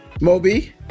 Moby